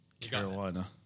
Carolina